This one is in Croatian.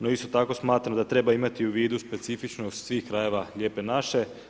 No isto tako smatram da treba imati u vidu specifičnost svih krajeva lijepe naše.